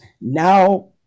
now